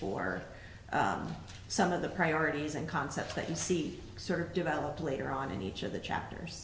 for some of the priorities and concepts that you see sort of develop later on in each of the chapters